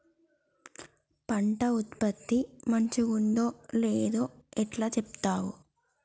పంట ఉత్పత్తి మంచిగుందో లేదో ఎట్లా చెప్తవ్?